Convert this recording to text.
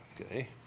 Okay